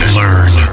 learn